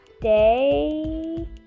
day